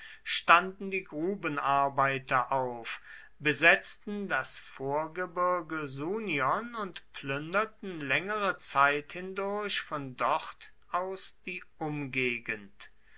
standen die grubenarbeiter auf besetzten das vorgebirge sunion und plünderten längere zeit hindurch von dort aus die umgegend